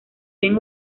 ven